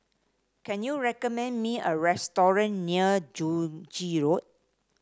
can you recommend me a restaurant near Joo Yee Road